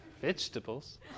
Vegetables